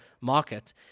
market